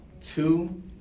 two